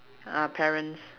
uh parents